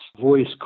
voice